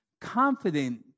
confident